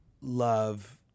love